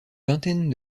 vingtaine